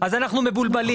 אז אנחנו מבולבלים.